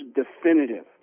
definitive